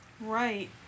Right